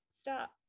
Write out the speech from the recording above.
Stop